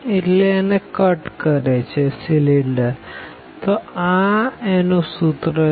તો આ સર્કલ નું સૂત્ર છે